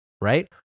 right